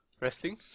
wrestling